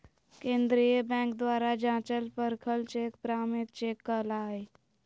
केंद्रीय बैंक द्वारा जाँचल परखल चेक प्रमाणित चेक कहला हइ